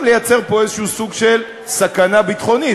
לייצר פה איזשהו סוג של סכנה ביטחונית,